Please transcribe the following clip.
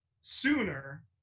sooner